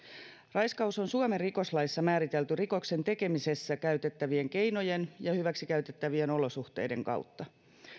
raiskaus on suomen rikoslaissa määritelty rikoksen tekemisessä käytettävien keinojen ja hyväksi käytettävien olosuhteiden kautta